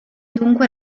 dunque